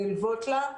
שנלוות לה,